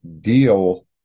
deal